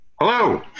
Hello